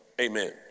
Amen